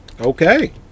Okay